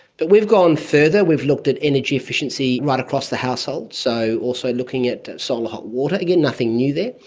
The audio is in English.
but we've gone further, we've looked at energy efficiency right across the household, so also looking at solar hot water, again nothing new there,